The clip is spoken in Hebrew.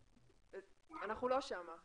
אנחנו לא שם.